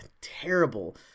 terrible